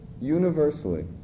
universally